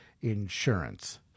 insurance